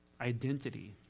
identity